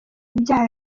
ibyaha